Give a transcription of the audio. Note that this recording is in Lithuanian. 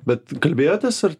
bet kalbėjotės ar